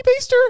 baster